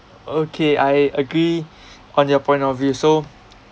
okay I agree on your point of view so